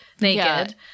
naked